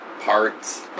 Parts